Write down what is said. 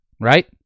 right